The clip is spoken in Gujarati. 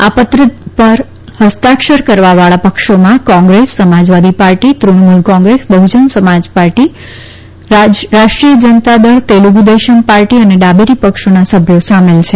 આ પત્ર પર ફસ્તાક્ષર કરવા વાળા પક્ષોમાં Congress Samajwadi Party Trinamool Congress Bahujan Samaj Party Rashtriya Janata Dal Telugu Desam Party અને ડાબેરી પક્ષોના સભ્યો સામેલ છે